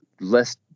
less